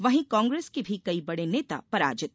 वही कांग्रेस के भी कई बड़े नेता पराजित